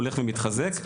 הולך ומתחזק,